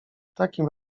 takim